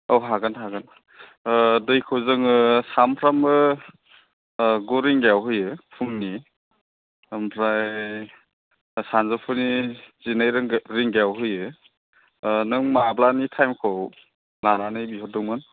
औ हागोन हागोन ओ दैखौ जोङो सानफ्रामबो ओ गु रिंगायाव होयो फुंनि ओमफ्राय सानजौफुनि जिनै रिंगायाव होयो नों माब्लानि थाइमखौ लानानै बिहरदोंमोन